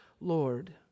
Lord